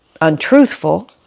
untruthful